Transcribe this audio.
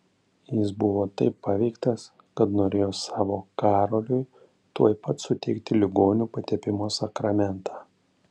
jis buvo taip paveiktas kad norėjo savo karoliui tuoj pat suteikti ligonių patepimo sakramentą